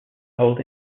old